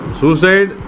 suicide